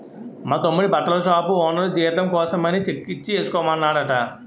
మా తమ్ముడి బట్టల షాపు ఓనరు జీతం కోసమని చెక్కిచ్చి ఏసుకోమన్నాడట